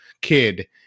kid